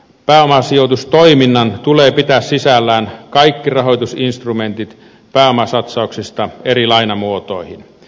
pääomasijoitustoiminnan tulee pitää sisällään kaikki rahoitusinstrumentit pääomasatsauksista eri lainamuotoihin